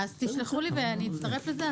אז תשלחו לי ואני אצטרף לזה.